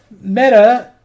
Meta